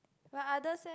but others eh